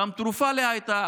גם תרופה לא הייתה,